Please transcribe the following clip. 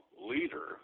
leader